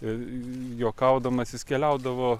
e juokaudamas jis keliaudavo